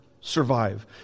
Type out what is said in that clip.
survive